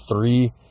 three